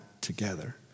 together